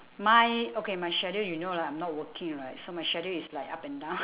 my okay my schedule you know lah I'm not working right so my schedule is like up and down